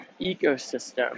ecosystem